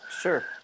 Sure